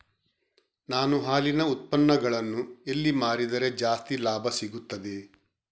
ನಾನು ಹಾಲಿನ ಉತ್ಪನ್ನಗಳನ್ನು ಎಲ್ಲಿ ಮಾರಿದರೆ ಜಾಸ್ತಿ ಲಾಭ ಸಿಗುತ್ತದೆ?